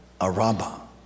Araba